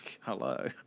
hello